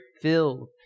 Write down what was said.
filled